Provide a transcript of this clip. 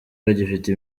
bagifite